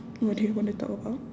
what do you wanna talk about